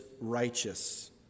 righteous